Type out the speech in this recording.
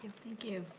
thank you.